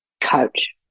coach